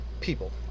people